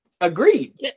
Agreed